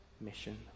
mission